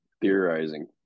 theorizing